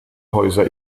häuser